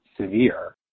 severe